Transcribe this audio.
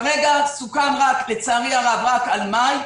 לצערי הרב כרגע זה סוכם רק על מאי.